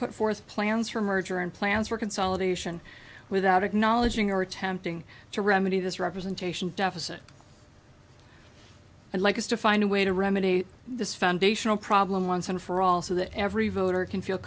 put forth plans for merger and plans for consolidation without acknowledging or attempting to remedy this representation deficit and like is to find a way to remedy this foundational problem once and for all so that every voter can feel